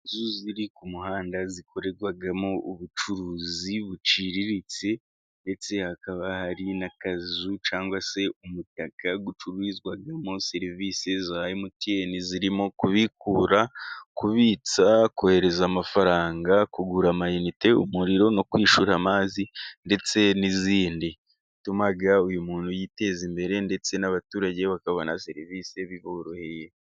Inzu ziri ku muhanda zikorerwamo ubucuruzi buciriritse, ndetse hakaba hari n'akazu cyangwa se umutaka ucururizwamo serivisi za Emutiyene zirimo: kubikura, kubitsa ,kohereza amafaranga, kugura amayinite, umuriro no kwishyura amazi, ndetse n'izindi zituma uyu muntu yiteza imbere ndetse n'abaturage bakabona serivisi biboroheye.